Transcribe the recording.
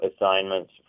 assignments